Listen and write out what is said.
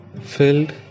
filled